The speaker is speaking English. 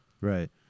Right